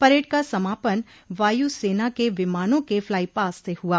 parade का समापन वायु सेना के विमानों के फ्लाईपास्ट से हुआ